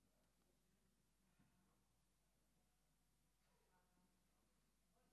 חברת הכנסת פרידמן, בבקשה.